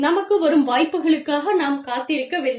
நமக்கு வரும் வாய்ப்புகளுக்காக நாம் காத்திருக்கவில்லை